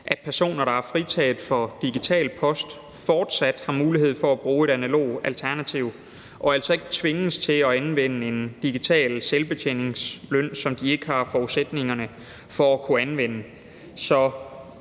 at personer, der er fritaget for digital post, fortsat har mulighed for at bruge et analogt alternativ, og at de altså ikke tvinges til at anvende en digital selvbetjeningsløsning, som de ikke har forudsætningerne for at kunne anvende.